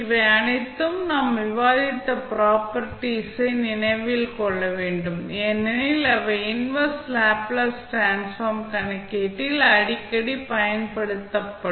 அவை அனைத்தும் நாம் விவாதித்த ப்ராப்பர்ட்டீஸ் ஐ நினைவில் கொள்ள வேண்டும் ஏனெனில் அவை இன்வெர்ஸ் லேப்ளேஸ் டிரான்ஸ்ஃபார்ம் கணக்கீட்டில் அடிக்கடி பயன்படுத்தப்படும்